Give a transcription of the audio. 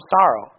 sorrow